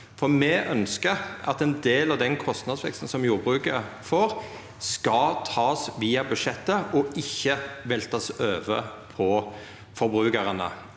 Me ønskjer at ein del av den kostnadsveksten som jordbruket får, skal takast via budsjettet og ikkje veltast over på forbrukarane.